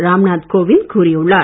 ராம் நாத் கோவிந்த் கூறியுள்ளார்